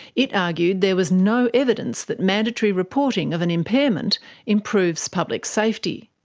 it argued there was no evidence that mandatory reporting of an impairment improves public safety,